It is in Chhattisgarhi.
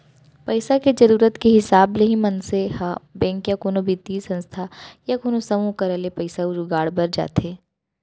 पइसा के जरुरत के हिसाब ले ही मनसे ह बेंक या कोनो बित्तीय संस्था या कोनो समूह करा ले पइसा के जुगाड़ बर जाथे